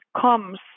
comes